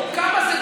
מה שאת עושה זה